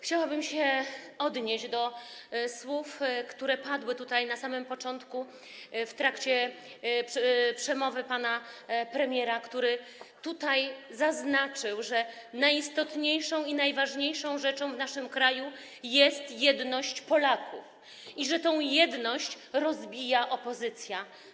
Chciałabym się odnieść do słów, które padły na samym początku przemowy pana premiera, który zaznaczył, że najistotniejszą i najważniejszą rzeczą w naszym kraju jest jedność Polaków i że tę jedność rozbija opozycja.